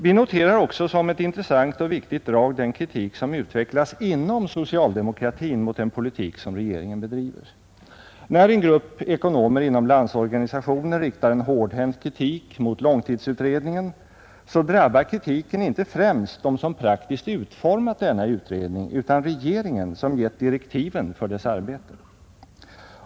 Vi noterar också som ett intressant och viktigt drag den kritik som utvecklats inom socialdemokratin mot den politik som regeringen bedriver. När en grupp ekonomer inom Landsorganisationen riktar en hårdhänt kritik mot 1970 års långtidsutredning drabbar kritiken inte främst dem som praktiskt utformat denna utredning, utan regeringen som utfärdat direktiven för dess arbete.